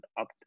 up